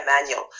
manual